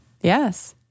Yes